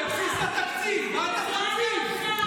תכבדי את היהדות, זה כל מה שיש לנו.